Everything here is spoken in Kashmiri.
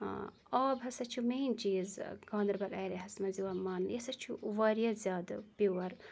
آب ہَسا چھُ مین چیٖز گاندَربَل ایرِیاہَس منٛز یِوان ماننہٕ یہِ ہَسا چھُ واریاہ زیادٕ پیور